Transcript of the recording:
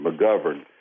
McGovern